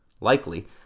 Likely